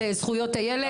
לזכויות הילד.